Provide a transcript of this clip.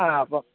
ആ അപ്പം